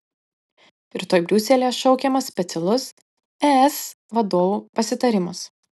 rytoj briuselyje šaukiamas specialus es vadovų pasitarimas